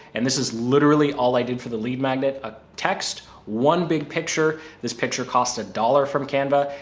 and this is literally all i did for the lead magnet ah text one big picture. this picture costs a dollar from canva,